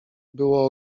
było